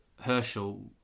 Herschel